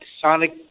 sonic